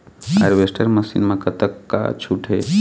Harvester machine मा कतका छूट हे?